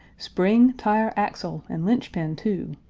spring, tire, axle, and linchpin too,